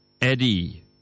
Eddie